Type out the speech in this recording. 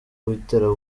witera